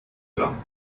gramm